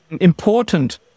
important